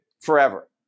forever